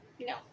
No